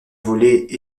voler